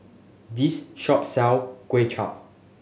this shop sell Kuay Chap